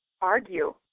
argue